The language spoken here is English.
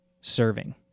serving